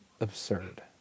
absurd